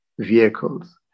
vehicles